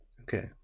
Okay